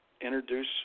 introduce